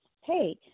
Hey